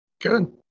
Good